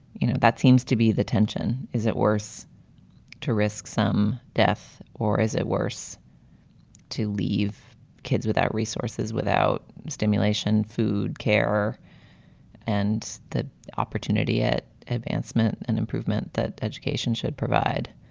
you know, that seems to be the tension. is it worse to risk some death or is it worse to leave kids without resources, without stimulation, food, care and the opportunity at advanced? an and improvement that education should provide,